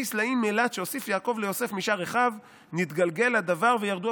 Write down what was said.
סלעים מילת שהוסיף יעקב ליוסף משאר אחיו נתגלגל הדבר וירדו